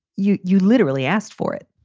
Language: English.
you you literally asked for it